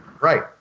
Right